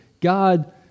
God